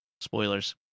Spoilers